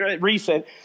recent